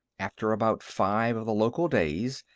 after about five of the local days,